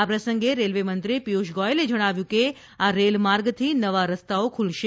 આ પ્રસંગે રેલ્વેમંત્રી પિયુષ ગોયલે જણાવ્યું કે આ રેલમાર્ગથી નવા રસ્તાઓ ખૂલશે